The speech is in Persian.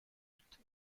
بود